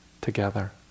together